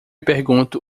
pergunto